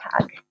tag